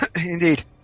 Indeed